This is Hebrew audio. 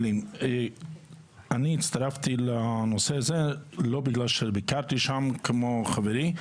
אני הצטרפתי לנושא הזה לא בגלל שביקרתי שם כמו חברי,